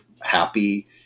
happy